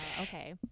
okay